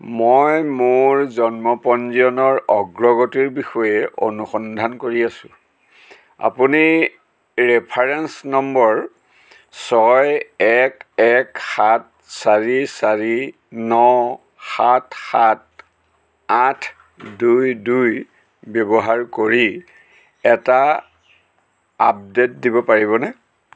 মই মোৰ জন্ম পঞ্জীয়নৰ অগ্ৰগতিৰ বিষয়ে অনুসন্ধান কৰি আছোঁ আপুনি ৰেফাৰেন্স নম্বৰ ছয় এক এক সাত চাৰি চাৰি ন সাত সাত আঠ দুই দুই ব্যৱহাৰ কৰি এটা আপডেট দিব পাৰিবনে